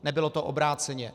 Nebylo to obráceně.